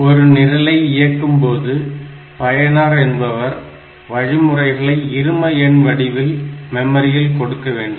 ஒரு நிரலை இயக்கும்போது பயனர் என்பவர் வழிமுறைகளை இரும எண் வடிவில் மெமரியில் கொடுக்க வேண்டும்